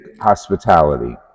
hospitality